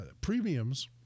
premiums